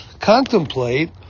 contemplate